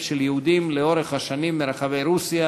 של יהודים לאורך השנים מרחבי רוסיה,